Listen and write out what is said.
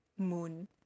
Moon